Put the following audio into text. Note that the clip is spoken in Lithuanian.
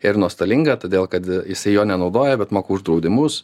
ir nuostolinga todėl kad jisai jo nenaudoja bet moka už draudimus